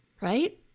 right